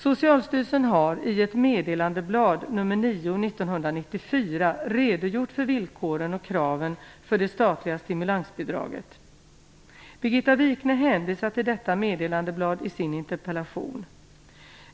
Socialstyrelsen har i ett meddelandeblad, nr 9/94, redogjort för villkoren och kraven för det statliga stimulansbidraget. Birgitta Wichne hänvisar till detta meddelandeblad i sin interpellation.